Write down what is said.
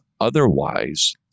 Otherwise